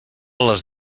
les